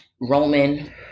Roman